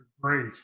great